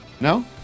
No